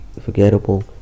forgettable